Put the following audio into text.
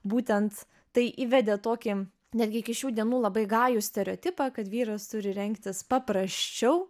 būtent tai įvedė tokį netgi iki šių dienų labai gajų stereotipą kad vyras turi rengtis paprasčiau